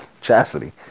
Chastity